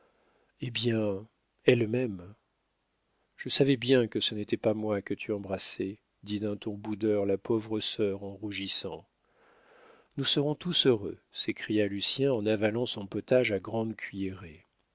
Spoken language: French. eh bien elle m'aime je savais bien que ce n'était pas moi que tu embrassais dit d'un ton boudeur la pauvre sœur en rougissant nous serons tous heureux s'écria lucien en avalant son potage à grandes cuillerées